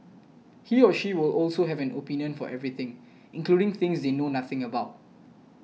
he or she will also have an opinion for everything including things they know nothing about